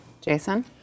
Jason